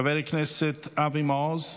חבר הכנסת אבי מעוז,